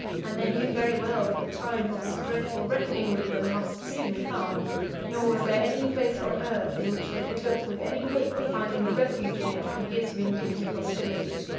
and they knew very well that the time of his dreadful reckoning with them must soon come nor was there any place on earth in which they could look with any hope of finding a refuge in it from his vindictive hostility.